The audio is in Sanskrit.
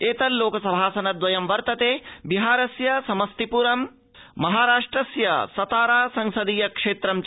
एतल्लोकसभासनद्वयं वर्तते बिहारस्य समस्तीपुरं महाराष्ट्रस्य सतारा संसदीय क्षेत्रं च